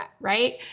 right